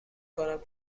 کنم